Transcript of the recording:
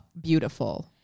beautiful